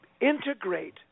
integrate